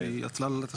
הוא יכלול הכל.